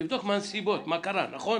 תבדוק מה הנסיבות, מה קרה, נכון?